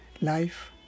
Life